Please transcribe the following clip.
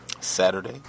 Saturday